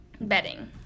Bedding